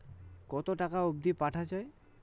কতো টাকা অবধি পাঠা য়ায়?